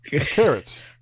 Carrots